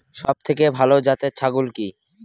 সবথেকে ভালো জাতের ছাগল কি?